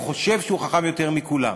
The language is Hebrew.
או חושב שהוא חכם יותר מכולם.